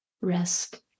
rest